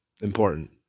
important